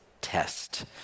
test